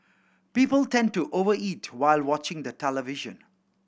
people tend to overeat while watching the television